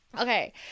Okay